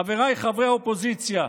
חבריי חברי האופוזיציה,